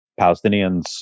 Palestinians